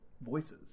voices